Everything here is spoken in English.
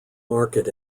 market